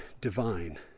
divine